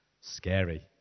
Scary